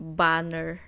banner